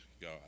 God